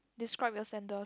describe your center